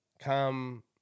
Come